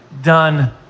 done